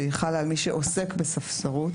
שחלה על מי שעוסק בספסרות.